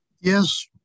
Yes